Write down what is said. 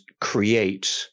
create